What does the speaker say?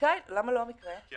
אתה